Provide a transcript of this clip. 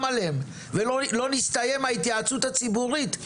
עליהן ולא נסתיימה ההתייעצות הציבורית?